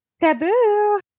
taboo